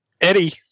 Eddie